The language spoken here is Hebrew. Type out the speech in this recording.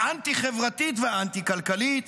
האנטי-חברתית והאנטי-כלכלית